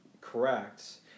correct